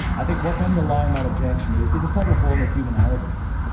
i think what's underlying that objection is a subtle form of human arrogance.